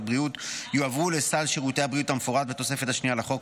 הבריאות יועברו לסל שירותי הבריאות המפורט בתוספת השנייה לחוק,